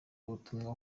ubutumwa